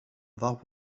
that